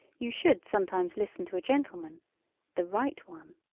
you should sometimes listen to a gentleman the right one.